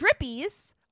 Drippies